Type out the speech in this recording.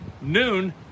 noon